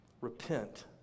Repent